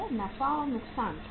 नफा और नुक्सान खाता